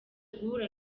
guhura